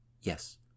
Yes